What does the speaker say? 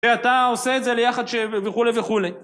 אתה עושה את זה ליחד ש... וכולי וכולי.